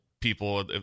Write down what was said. people